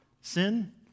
sin